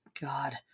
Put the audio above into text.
god